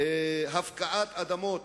וגם הפקעת אדמות